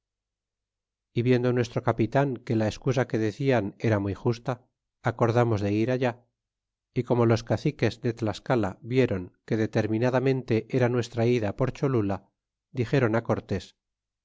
viendo nuestro capitan que la escusa que decian era muy justa acordamos de ir allá y como los caciques de tlascala viéron que determinadamente era nuestra ida por cholula dixéron